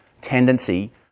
tendency